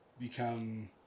become